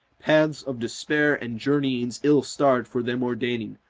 paths of despair and journeyings ill-starred for them ordaining,